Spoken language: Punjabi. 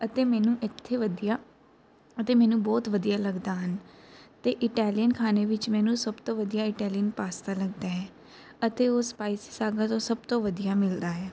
ਅਤੇ ਮੈਨੂੰ ਇੱਥੇ ਵਧੀਆ ਅਤੇ ਮੈਨੂੰ ਬਹੁਤ ਵਧੀਆ ਲੱਗਦੇ ਹਨ ਅਤੇ ਇਟਾਲੀਅਨ ਖਾਣੇ ਵਿੱਚ ਮੈਨੂੰ ਸਭ ਤੋਂ ਵਧੀਆ ਇਟਾਲੀਅਨ ਪਾਸਤਾ ਲੱਗਦਾ ਹੈ ਅਤੇ ਉਹ ਸਪਾਈਸੀ ਸਾਗਾ ਤੋਂ ਸਭ ਤੋਂ ਵਧੀਆ ਮਿਲਦਾ ਹੈ